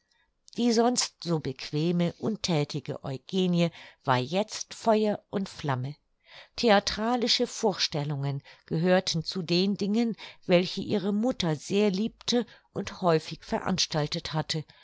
die sonst so bequeme unthätige eugenie war jetzt feuer und flamme theatralische vorstellungen gehörten zu den dingen welche ihre mutter sehr liebte und häufig veranstaltet hatte